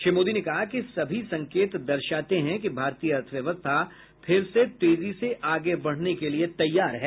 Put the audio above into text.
श्री मोदी ने कहा कि सभी संकेत दर्शाते हैं कि भारतीय अर्थव्यवस्था फिर से तेजी से आगे बढ़ने के लिए तैयार हैं